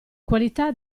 qualità